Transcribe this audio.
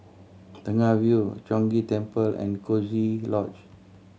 Tengah Avenue Chong Ghee Temple and Coziee Lodge